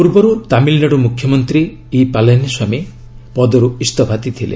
ପୂର୍ବରୁ ତାମିଲ୍ନାଡୁ ମୁଖ୍ୟମନ୍ତ୍ରୀ ଇ ପାଲାନୀସ୍ୱାମୀ ପଦରୁ ଇସ୍ତଫା ଦେଇଥିଲେ